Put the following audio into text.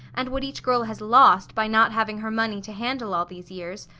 and what each girl has lost by not having her money to handle all these years,